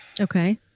Okay